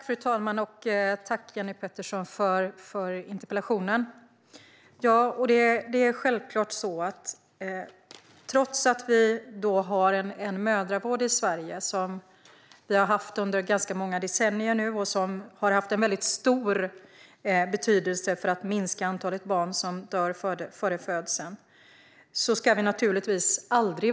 Fru talman! Tack för interpellationen, Jenny Petersson! Vi ska självklart aldrig vara helt nöjda, trots att vi har haft den här mödravården i Sverige sedan ganska många decennier, och den har haft stor betydelse för att minska antalet barn som dör före födseln.